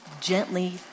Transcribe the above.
gently